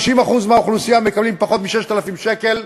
50% מהאוכלוסייה מקבלים פחות מ-6,000 שקל,